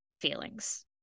feelings